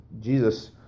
Jesus